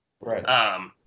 Right